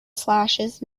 slashes